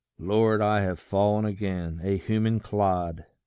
lord, i have fallen again a human clod!